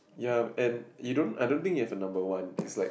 ya and you don't I don't think it's number one it's like